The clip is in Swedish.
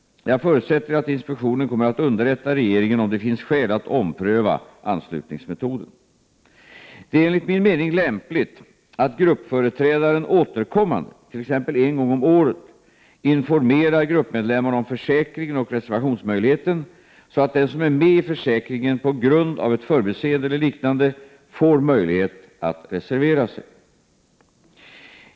Jag förutsätter att inspektionen kommer att underrätta regeringen om det finns skäl att ompröva anslutningsmetoden. Det är enligt min mening lämpligt att gruppföreträdaren återkommande — t.ex. en gång om året — informerar gruppmedlemmarna om försäkringen och reservationsmöjligheten, så att den som är med i försäkringen på grund av ett förbiseende eller liknande får möjlighet att reservera sig.